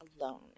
alone